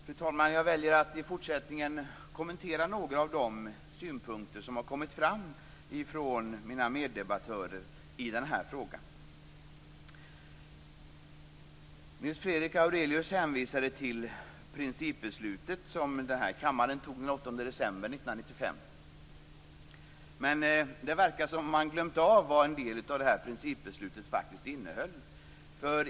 Fru talman! Jag väljer att i fortsättningen kommentera några av de synpunkter som har kommit fram från mina meddebattörer i den här frågan. Nils Fredrik Aurelius hänvisade till det principbeslut som fattades här i kammaren den 8 december 1995, men det verkar som om han glömt bort vad en del av det här principbeslutet faktiskt innehöll.